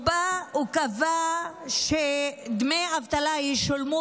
הוא בא וקבע שדמי האבטלה ישולמו